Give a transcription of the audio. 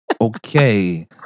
Okay